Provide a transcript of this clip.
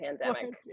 Pandemic